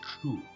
true